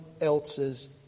else's